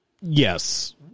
Yes